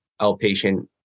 outpatient